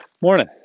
Morning